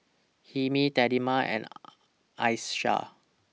Hilmi Delima and Aisyah